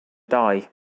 die